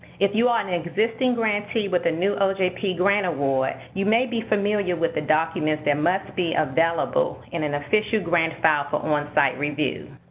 if you are an existing grantee with a new ojp grant award, you may be familiar with the documents that must be available in an official grant file for onsite review.